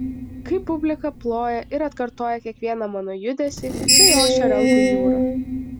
kai publika ploja ir atkartoja kiekvieną mano judesį kai ošia rankų jūra